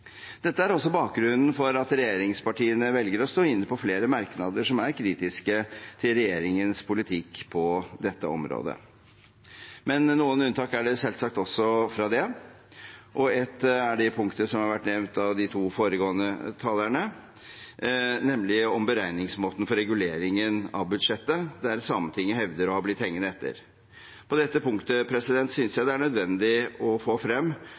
Dette er også bakgrunnen for at regjeringspartiene velger å stå inne i flere merknader som er kritiske til regjeringens politikk på området. Men noen unntak er det selvsagt. Ett er punktet som har vært nevnt av de to foregående talerne, nemlig om beregningsmåten for reguleringen av budsjettet, der Sametinget hevder å ha blitt hengende etter. På dette punktet synes jeg det er nødvendig å få frem